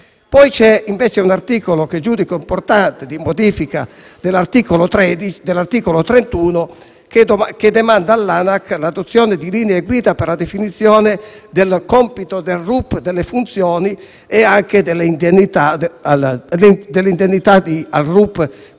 C'è un articolo, che invece giudico importante, di modifica dell'articolo 31 che demanda all'ANAC l'adozione di linee guida per la definizione del compito del RUP delle funzioni e anche dell'indennità al RUP, quella